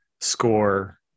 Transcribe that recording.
score